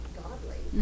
godly